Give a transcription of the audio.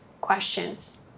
questions